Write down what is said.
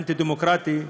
האנטי-דמוקרטי,